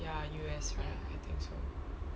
ya U_S right I think so